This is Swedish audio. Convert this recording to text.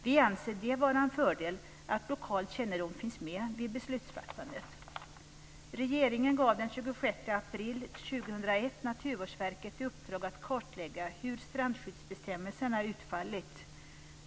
Vi anser att det är en fördel att lokal kännedom finns med vid beslutsfattandet. Regeringen gav den 26 april 2001 Naturvårdsverket i uppdrag att kartlägga hur strandskyddsbestämmelserna utfallit.